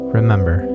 Remember